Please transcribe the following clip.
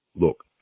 Look